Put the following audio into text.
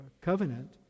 covenant